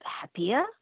happier